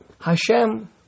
Hashem